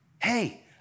Hey